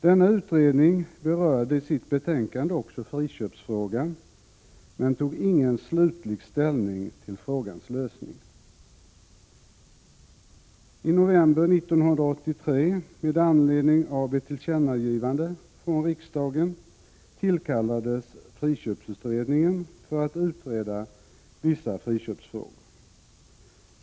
Denna utredning berörde i sitt betänkande också friköpsfrågan men tog ingen slutlig ställning till frågans lösning. riksdagen friköpsutredningen för att utreda vissa friköpsfrågor.